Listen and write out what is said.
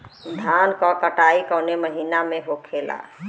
धान क कटाई कवने महीना में होखेला?